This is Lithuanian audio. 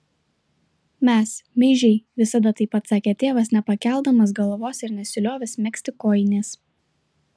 mes meižiai visada taip atsakė tėvas nepakeldamas galvos ir nesiliovęs megzti kojinės